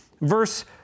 Verse